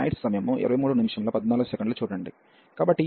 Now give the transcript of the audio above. కాబట్టి ఇది ఇంటిగ్రల్